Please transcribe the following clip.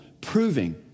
proving